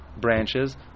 branches